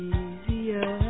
easier